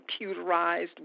computerized